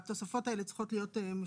התוספות האלה היו צריכות להיות משולמות,